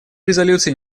резолюций